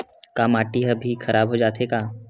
का माटी ह भी खराब हो जाथे का?